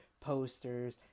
posters